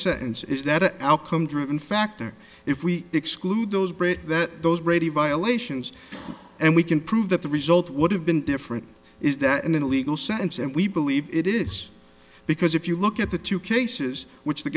sentence is that an outcome driven factor if we exclude those bridge that those brady violations and we can prove that the result would have been different is that in a legal sense and we believe it is because if you look at the two cases which the